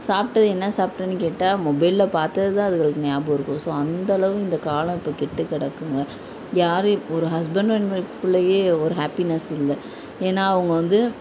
சாப்பிட்டது என்ன சாப்பிட்டேன்னு கேட்டால் மொபைல்ல பார்த்ததுதான் அதுங்களுக்கு ஞாபகம் இருக்கும் ஸோ அந்தளவு இந்த காலம் இப்போ கெட்டு கிடக்குங்க யார் ஒரு ஹஸ்பண்ட் அண்ட் ஒய்ஃப்க்குள்ளையே ஒரு ஹாப்பினஸ் இல்லை ஏன்னா அவங்க வந்து